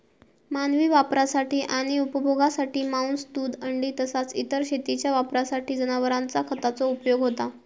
मानवी वापरासाठी आणि उपभोगासाठी मांस, दूध, अंडी तसाच इतर शेतीच्या वापरासाठी जनावरांचा खताचो उपयोग होता